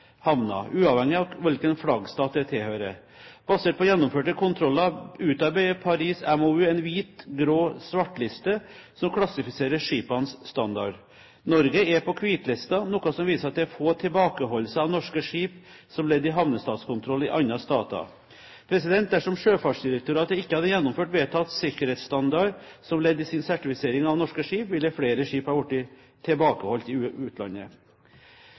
havner, uavhengig av hvilken flaggstat det tilhører. Basert på gjennomførte kontroller utarbeider Paris MOU en hvit-, grå- eller svartliste, som klassifiserer skipenes standard. Norge er på hvitlisten, noe som viser at det er få tilbakeholdelser av norske skip som ledd i havnestatskontroll i andre stater. Dersom Sjøfartsdirektoratet ikke hadde gjennomført vedtatt sikkerhetsstandard som ledd i sin sertifisering av norske skip, ville flere skip blitt tilbakeholdt i utlandet.